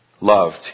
loved